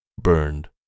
burned